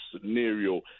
scenario